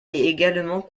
également